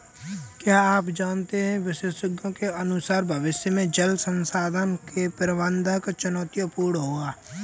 क्या आप जानते है विशेषज्ञों के अनुसार भविष्य में जल संसाधन का प्रबंधन चुनौतीपूर्ण होगा